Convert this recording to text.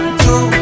two